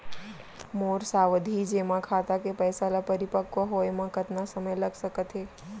मोर सावधि जेमा खाता के पइसा ल परिपक्व होये म कतना समय लग सकत हे?